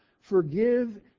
Forgive